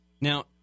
Now